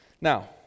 Now